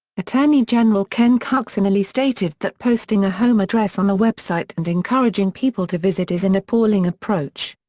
attorney general ken cuccinelli stated that posting a home address on a website and encouraging people to visit is an appalling approach.